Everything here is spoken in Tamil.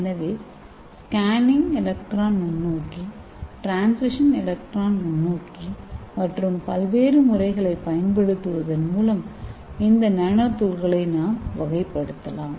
எனவே ஸ்கேனிங் எலக்ட்ரான்நுண்ணோக்கி டிரான்ஸ்மிஷன் எலக்ட்ரான் நுண்ணோக்கி மற்றும் பல்வேறுமுறைகளைப் பயன்படுத்துவதன் மூலம் இந்த நானோதுகள்களை நாம் வகைப்படுத்தலாம்